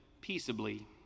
Peaceably